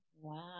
wow